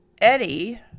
Eddie